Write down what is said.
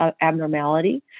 abnormality